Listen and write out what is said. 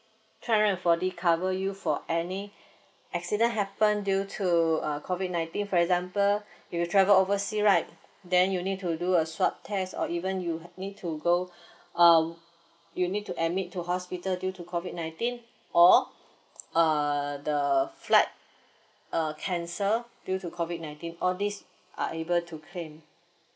two hundred and forty cover you for any accident happen due to uh COVID nineteen for example if you travel oversea right then you need to do a swab test or even you need to go um you need to admit to hospital due to COVID nineteen or uh the flight uh cancel due to COVID nineteen all these are able to claim